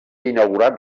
inaugurat